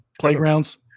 playgrounds